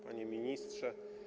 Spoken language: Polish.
Panie Ministrze!